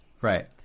Right